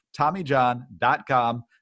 tommyjohn.com